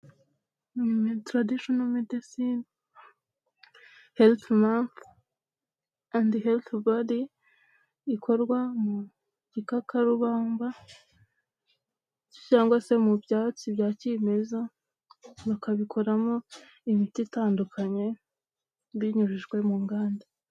Traditional medecine healthy mouth and healthy body ikorwa mu gikakarubamba cyangwa se mu byatsi bya kimeza bakabikoramo imiti itandukanye binyujijwe mu nganda.